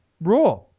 raw